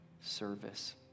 service